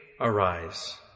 arise